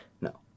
No